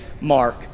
Mark